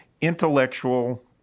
intellectual